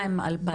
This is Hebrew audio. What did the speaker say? מה עם 2021?